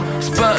spot